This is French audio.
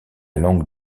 langue